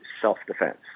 self-defense